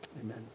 amen